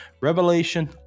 Revelation